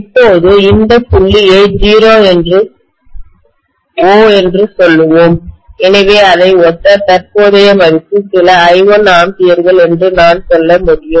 இப்போது இந்த புள்ளியை O என்று சொல்வோம் எனவே இதை ஒத்த தற்போதைய மதிப்பு சில I1 ஆம்பியர்கள் என்று நான் சொல்ல முடியும்